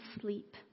sleep